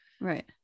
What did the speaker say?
Right